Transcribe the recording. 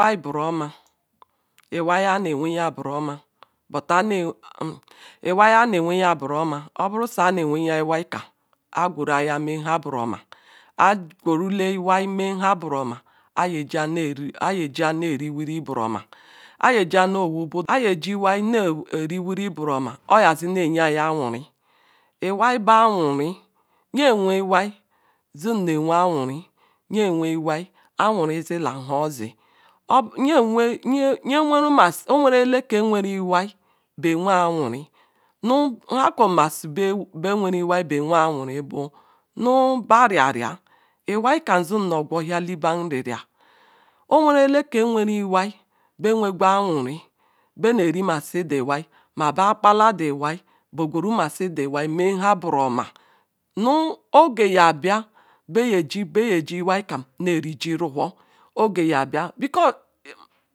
ileai buroama iwai aneweher bwu oma iwai amwehere buroma obuwu su iyim weehere iwai kam aji mehe buru oma agwerile iwey mha buuuru oma ayijie ne riwiri buroma ajije he riwuri bwoma azineyam awori iwai bu awari me we iwai zim we awari nye weiwai awiri zula bur ozi oweru eleke weru iwai bea wea wuri nhakwonume be weru iwai kam zinogwo hieli ba nriaria oweru elele wagwu iwai bewagwa awari bemremasi iheal bakpala iwai bqwerumasi iwai menha burome oji yabia beaji iwai kam ma rijiraho oge yabia